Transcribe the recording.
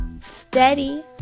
steady